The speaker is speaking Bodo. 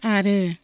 आरो